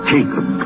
Jacob